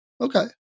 Okay